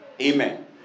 Amen